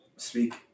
Speak